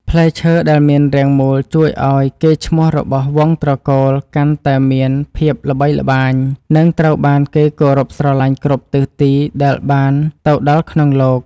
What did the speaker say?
ផ្លែឈើដែលមានរាងមូលជួយឱ្យកេរ្តិ៍ឈ្មោះរបស់វង្សត្រកូលកាន់តែមានភាពល្បីល្បាញ និង ត្រូវបានគេគោរពស្រឡាញ់គ្រប់ទិសទីដែលបានទៅដល់ក្នុងលោក។